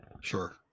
sure